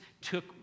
took